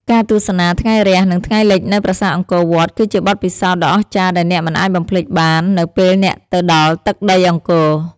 ការទស្សនាថ្ងៃរះ និងថ្ងៃលិចនៅប្រាសាទអង្គរវត្ត គឺជាបទពិសោធន៍ដ៏អស្ចារ្យដែលអ្នកមិនអាចបំភ្លេចបាននៅពេលអ្នកទៅដល់ទឹកដីអង្គរ។